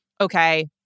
okay